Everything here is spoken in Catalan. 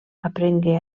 aprengué